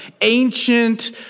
ancient